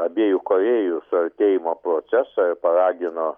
abiejų korėjų suartėjimo procesą ir paragino